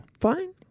Fine